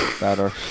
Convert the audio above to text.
Better